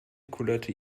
kullerte